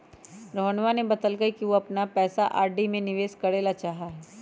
रोहनवा ने बतल कई कि वह अपन पैसा आर.डी में निवेश करे ला चाहाह हई